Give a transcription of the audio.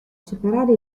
superare